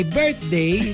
birthday